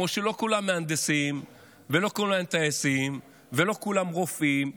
כמו שלא כולם מהנדסים ולא כולם טייסים ולא כולם רופאים.